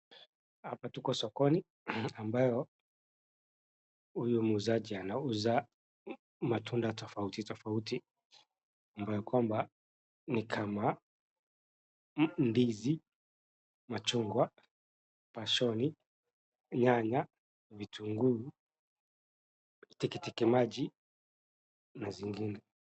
Hapa tuko sokoni ambayo huyu muuzajia anauza matunda tofauti tofauti ambayo kwamba ni kama ndizi, machungwa, pashoni, nyanya, vitunguu, tikitiki maji na zingine.